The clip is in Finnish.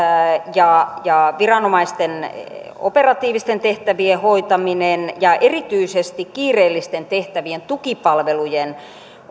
ja ja viranomaisten operatiivisten tehtävien hoitamisen ja erityisesti kiireellisten tehtävien tukipalvelujen